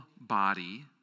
body